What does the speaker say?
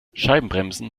scheibenbremsen